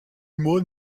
mot